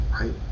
right